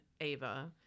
Ava